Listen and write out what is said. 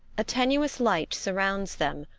a tenuous light surrounds them,